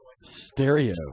Stereo